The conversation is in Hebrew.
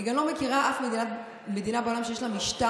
אני גם לא מכירה אף מדינה בעולם שיש לה משטר,